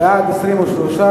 בעד, 23,